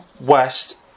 West